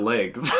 Legs